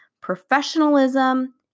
professionalism